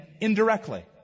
indirectly